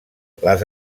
les